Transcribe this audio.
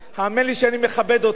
האמן לי שאני מכבד אותך,